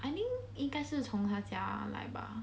I think 应该是从她的家来吧